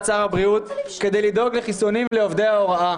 שר הבריאות כדי לדאוג לחיסונים לעובדי ההוראה.